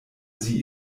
sie